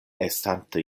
estante